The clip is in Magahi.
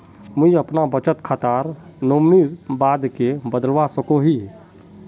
मुई अपना बचत खातार नोमानी बाद के बदलवा सकोहो ही?